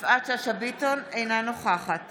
אינה נוכחת